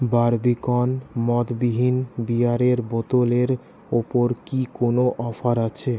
Barbican মদবিহীন বিয়ারের বোতলের ওপর কি কোনো অফার আছে